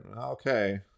okay